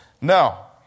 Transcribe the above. Now